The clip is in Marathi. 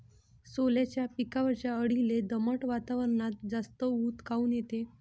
सोल्याच्या पिकावरच्या अळीले दमट वातावरनात जास्त ऊत काऊन येते?